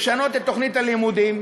לשנות את תוכנית הלימודים,